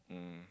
um